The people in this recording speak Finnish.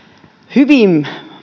hyvin